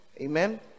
amen